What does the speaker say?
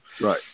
Right